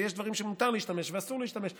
ויש דברים שמותר להשתמש בהם ואסור להשתמש בהם.